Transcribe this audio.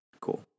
cool